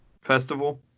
festival